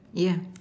yeah